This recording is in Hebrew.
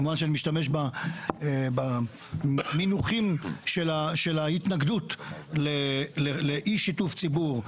כמובן שאני משתמש במינוחים של ההתנגדות לאי שיתוף ציבור,